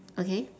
okay